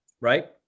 right